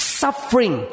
suffering